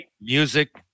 music